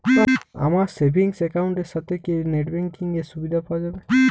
আমার savings account এর সাথে কি নেটব্যাঙ্কিং এর সুবিধা পাওয়া যাবে?